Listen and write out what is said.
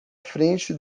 frente